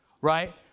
right